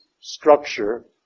structure